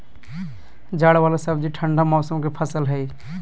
जड़ वाला सब्जि ठंडा मौसम के फसल हइ